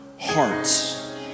hearts